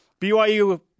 BYU